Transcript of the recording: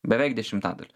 beveik dešimtadaliu